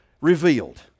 revealed